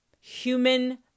human